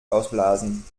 ausblasen